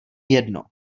jedno